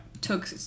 took